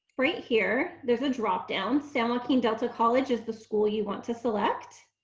right here there's a drop down san joaquin delta college is the school you want to select,